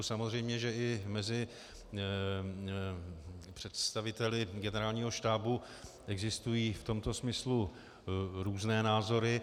Samozřejmě, že i mezi představiteli Generálního štábu existují v tomto smyslu různé názory.